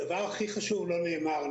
הדבר הכי חשוב והעיקרי לא נאמר פה,